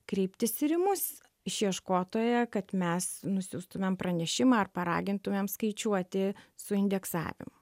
kreiptis ir į mus išieškotoją kad mes nusiųstumėm pranešimą ar paragintumė skaičiuoti su indeksavimu